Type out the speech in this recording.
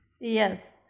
Yes